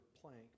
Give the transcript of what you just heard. plank